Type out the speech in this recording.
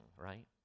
right